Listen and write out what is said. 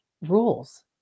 rules